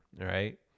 Right